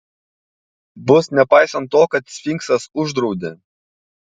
bus nepaisant to kad sfinksas uždraudė